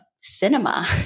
cinema